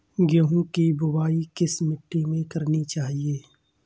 गेहूँ की बुवाई किस मिट्टी में करनी चाहिए?